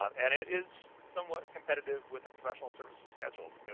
um and it is somewhat competitive with the professional services schedule.